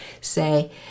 say